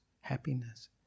happiness